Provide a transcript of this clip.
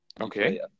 Okay